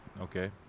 Okay